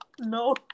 No